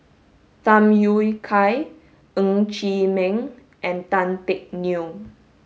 Tham Yui Kai Ng Chee Meng and Tan Teck Neo